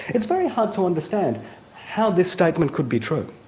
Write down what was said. it's very hard to understand how this statement could be true,